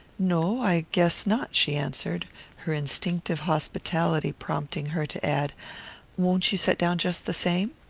no, i guess not, she answered her instinctive hospitality prompting her to add won't you set down jest the same?